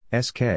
SK